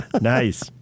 nice